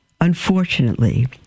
Unfortunately